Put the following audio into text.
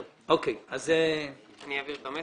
אני אעביר את המסר.